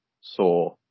saw